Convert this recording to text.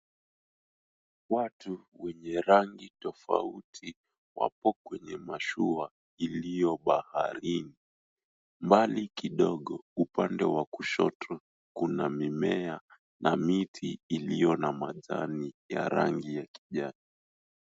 Watu wenye rangi tofauti wapo kwenye mashua ilio baharini. Mbali kidogo kuna mimea na miti iliyo na majani ya rangi ya kijani.